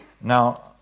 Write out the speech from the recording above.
now